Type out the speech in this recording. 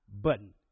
button